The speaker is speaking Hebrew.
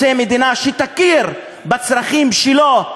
רוצה מדינה שתכיר בצרכים שלו.